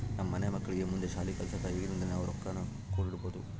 ನಮ್ಮ ಮನೆ ಮಕ್ಕಳಿಗೆ ಮುಂದೆ ಶಾಲಿ ಕಲ್ಸಕ ಈಗಿಂದನೇ ನಾವು ರೊಕ್ವನ್ನು ಕೂಡಿಡಬೋದು